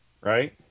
Right